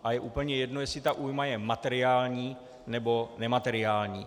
A je úplně jedno, jestli ta újma je materiální, nebo nemateriální.